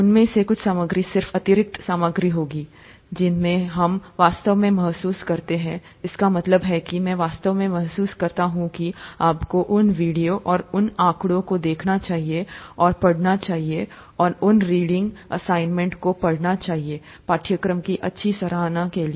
उनमें से कुछ सामग्री सिर्फ अतिरिक्त सामग्री होगी जिनमें से हम वास्तव में महसूस करते हैं इसका मतलब है कि मैं वास्तव में महसूस करता हु कि आपको उन वीडियो और उन आंकड़ों को देखना चाहिए और पढ़ना चाहिए और उन रीडिंग असाइनमेंट को पढ़ना चाहिए पाठ्यक्रम की अच्छी सराहना के लिए